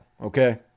okay